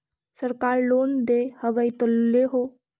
सरकार लोन दे हबै तो ले हो?